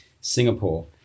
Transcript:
Singapore